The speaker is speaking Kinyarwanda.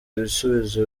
ibisubizo